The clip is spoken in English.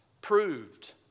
proved